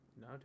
No